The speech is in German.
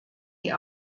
die